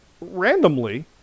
randomly